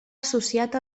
associat